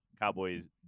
Cowboys